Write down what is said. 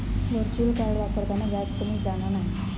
virtual card वापरताना व्याज कमी जाणा नाय